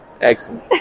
Excellent